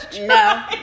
no